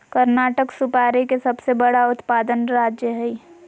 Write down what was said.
कर्नाटक सुपारी के सबसे बड़ा उत्पादक राज्य हय